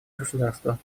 государства